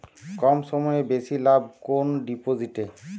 কম সময়ে বেশি লাভ কোন ডিপোজিটে?